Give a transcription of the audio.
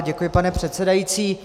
Děkuji, pane předsedající.